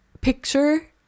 picture